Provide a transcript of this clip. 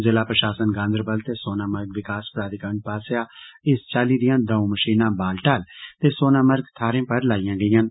जाा प्रषासन गांदरबल ते सोनामर्ग दे विकास प्राधिकरण पास्सेआ इस्स चाल्ली दियां द'ऊं मषीनां बालटाल ते सोनामर्ग थाहरें पर लाइयां गेइयां न